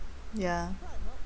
ya